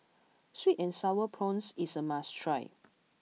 sweet and sour prawns is a must try